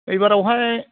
ओइबारावहाय